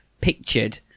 pictured